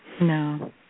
No